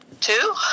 Two